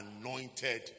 anointed